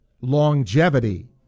longevity